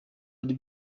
ari